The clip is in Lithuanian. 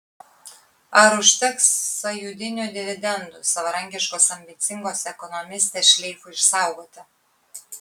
ar užteks sąjūdinių dividendų savarankiškos ambicingos ekonomistės šleifui išsaugoti